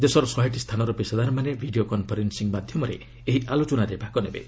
ଦେଶର ଶହେଟି ସ୍ଥାନର ପେଷାଦାରମାନେ ଭିଡ଼ିଓ କନ୍ଫରେନ୍ସିଂ ମାଧ୍ୟମରେ ଏହି ଆଲୋଚନାରେ ଭାଗ ନେବେ